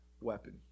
weapon